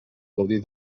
gaudir